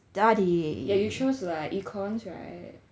yeah you chose like econs right